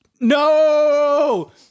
no